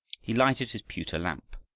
he lighted his pewter lamp,